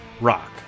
rock